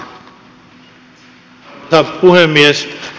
arvoisa puhemies